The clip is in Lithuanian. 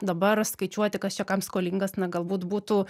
dabar skaičiuoti kas čia kam skolingas na galbūt būtų